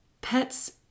Pets